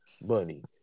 money